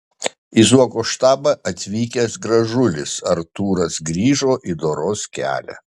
į zuoko štabą atvykęs gražulis artūras grįžo į doros kelią